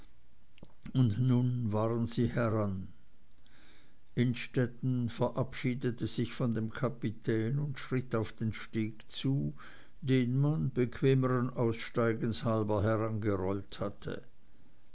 und nun waren sie heran innstetten verabschiedete sich von dem kapitän und schritt auf den steg zu den man bequemeren aussteigens halber herangerollt hatte